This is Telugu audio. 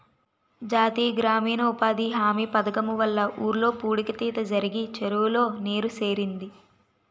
జాతీయ గ్రామీణ ఉపాధి హామీ పధకము వల్ల ఊర్లో పూడిక తీత జరిగి చెరువులో నీరు సేరింది